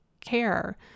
care